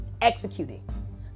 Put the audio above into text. Executing